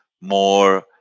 more